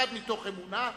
אחד מתוך אמונה,